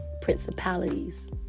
principalities